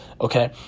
Okay